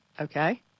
okay